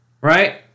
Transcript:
Right